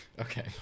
okay